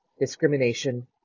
discrimination